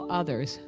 others